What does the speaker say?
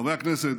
חברי הכנסת,